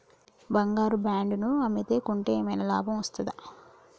బంగారు బాండు ను అమ్మితే కొంటే ఏమైనా లాభం వస్తదా?